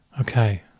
Okay